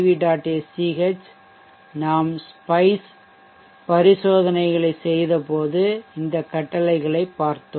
SCH நாம் spice பரிசோதனைகளைச் செய்தபோது இந்த கட்டளையைப் பார்த்தோம்